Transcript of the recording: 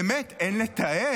באמת אין לתאר,